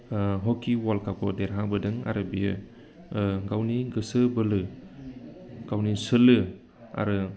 hockey वर्ल्डकापखौ देरहाबोदों आरो बियो गावनि गोसो बोलो गावनि सोलो आरो